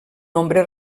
nombre